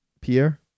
Pierre